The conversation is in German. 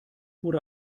wurde